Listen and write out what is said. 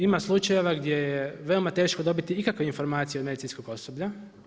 Ima slučajeva gdje je veoma teško dobiti ikakve informacije od medicinskog osoblja.